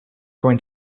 going